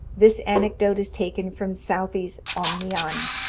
this anecdote is taken from southey's omniana.